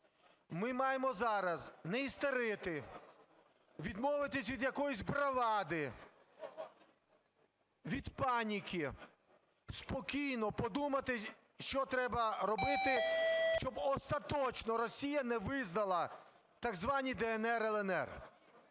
Ми маємо зараз не істерити, відмовитися від якоїсь бравади, від паніки, спокійно подумати, що треба робити, щоб остаточно Росія не визнала так звані "ДНР"